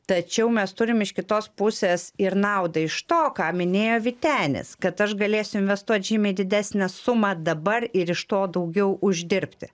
tačiau mes turim iš kitos pusės ir naudą iš to ką minėjo vytenis kad aš galėsiu investuot žymiai didesnę sumą dabar ir iš to daugiau uždirbti